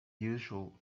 usual